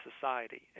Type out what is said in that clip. society